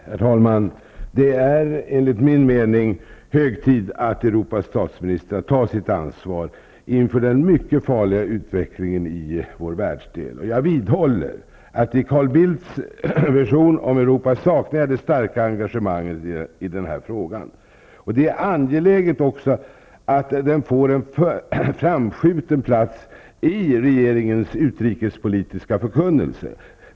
Herr talman! Det är enligt min mening hög tid att Europas statsministrar tar sitt ansvar inför den mycket farliga utvecklingen i vår världsdel. Jag vidhåller att jag saknar det starka engagemanget i denna fråga i Carl Bildts vision om Europa. Det är också angeläget att detta får en framskjuten plats i regeringens utrikespolitiska förkunnelse.